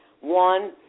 One